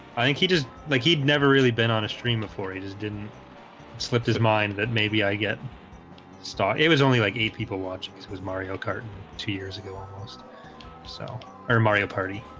i think he just like he'd never really been on stream before he just didn't slipped his mind that maybe i get stopped it was only like eight people watching. this was mario cart two years ago host so or mario party